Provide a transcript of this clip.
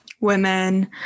women